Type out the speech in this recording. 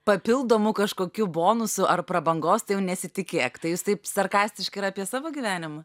papildomų kažkokių bonusų ar prabangos tai jau nesitikėk tai jūs taip sarkastiškai ir apie savo gyvenimą